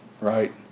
right